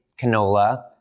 canola